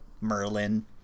Merlin